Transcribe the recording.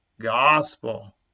gospel